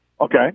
Okay